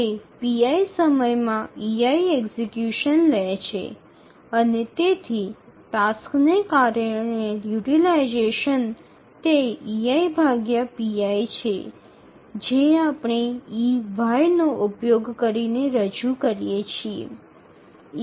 તે pi સમયમાં ei execution લે છે અને તેથી ટાસ્કને કારણે યુટીલાઈઝેશન તે છે જે આપણે ey નો ઉપયોગ કરીને રજૂ કરીએ છીએ